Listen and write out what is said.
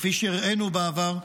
כפי שהראינו בעבר,